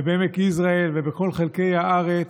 בעמק יזרעאל ובכל חלקי הארץ,